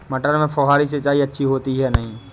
मटर में फुहरी सिंचाई अच्छी होती है या नहीं?